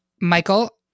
Michael